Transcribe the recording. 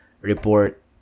report